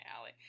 alley